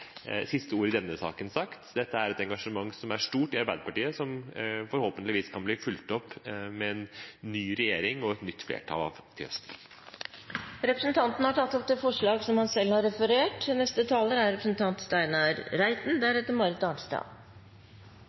siste ord i denne saken sagt. Dette er et engasjement som er stort i Arbeiderpartiet, og som forhåpentligvis kan bli fulgt opp av en ny regjering og et nytt flertall til høsten. Representanten Åsmund Aukrust har tatt opp det forslaget han refererte til. Det er ingen tvil om at det er